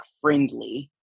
friendly